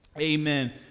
Amen